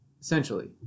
essentially